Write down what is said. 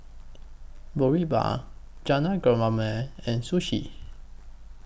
Boribap Jajangmyeon and Sushi